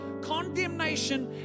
Condemnation